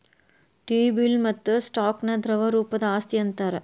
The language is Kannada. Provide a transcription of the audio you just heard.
ಟಿ ಬಿಲ್ ಮತ್ತ ಸ್ಟಾಕ್ ನ ದ್ರವ ರೂಪದ್ ಆಸ್ತಿ ಅಂತಾರ್